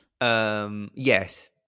Yes